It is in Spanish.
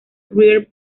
river